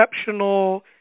exceptional